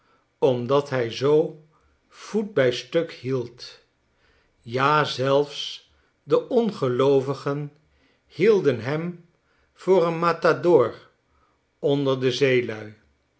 omdat hy zoo voet bij stuk hield ja zelfs de ongeloovigen hielden hem voor een matador onder de zeelui